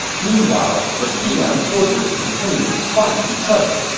meanwhile, the xiliang forces continued to fight each other.